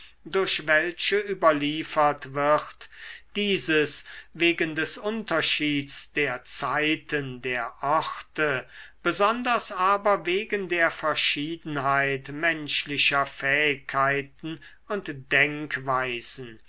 durch welche überliefert wird dieses wegen des unterschieds der zeiten der orte besonders aber wegen der verschiedenheit menschlicher fähigkeiten und denkweisen